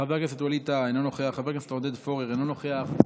חבר הכנסת ווליד טאהא, אינו נוכח,